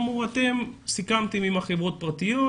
אמרו: אתם סיכמתם עם החברות הפרטיות,